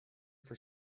for